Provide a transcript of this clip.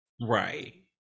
right